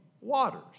waters